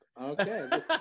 Okay